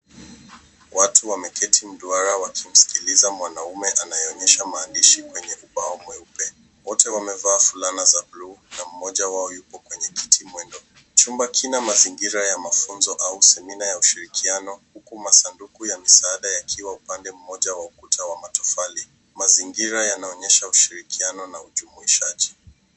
Watu wameketi mduara wakimsikiliza mwanamume anayeonyesha maandishi kwenye ubao mweupe. Wote wamevaa fulana za blue na mmoja wao yupo kwenye kiti mwendo. Chumba kina mazingira ya mafunzo au senima ya ushirikiano huku masanduku ya misaada yakiwa upande moja wa ukuta wa matofali. Mazingira yanaonyesha ushirikiano na ujumuishaji.